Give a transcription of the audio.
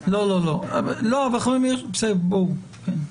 בבקשה.